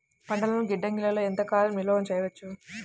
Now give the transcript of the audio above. పంటలను గిడ్డంగిలలో ఎంత కాలం నిలవ చెయ్యవచ్చు?